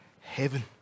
heaven